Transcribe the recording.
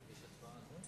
תודה רבה.